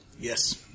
Yes